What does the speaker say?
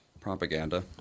Propaganda